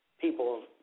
people